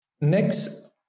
Next